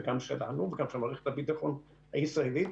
וגם של מערכת הביטחון הישראלית,